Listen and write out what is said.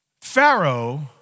Pharaoh